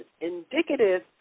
indicative